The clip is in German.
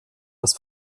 das